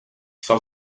psal